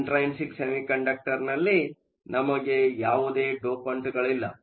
intrinsic ಸೆಮಿಕಂಡಕ್ಟರ್ನಲ್ಲಿ ನಮಗೆ ಯಾವುದೇ ಡೋಪಂಟ್ಗಳಿಲ್ಲ